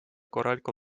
korralikku